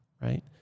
right